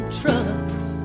trucks